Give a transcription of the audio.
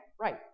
right